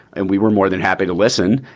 and we were more than happy to listen.